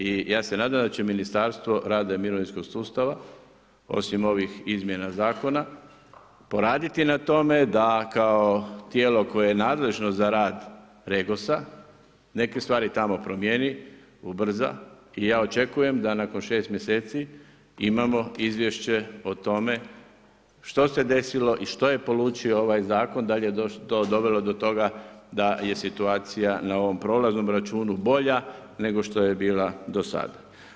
I ja se nadam da će Ministarstvo rada i mirovinskog sustava osim ovih izmjena zakona poraditi na tome da kao tijelo koje je nadležno za rad REGOS-a neke stvari tamo promjeni, ubrza i ja očekujem da nakon 6 mjeseci imamo izvješće o tome što se desilo i što je polučio ovaj zakon, dal' je dovelo do toga da je situacija na ovom prolaznom računu bolja nego što je bila do sada.